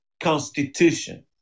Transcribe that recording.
Constitution